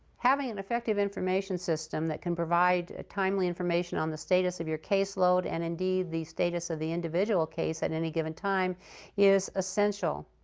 having an effective information system that can provide timely information on the status of your caseload and, indeed, the status of the individual case at any given time is essential.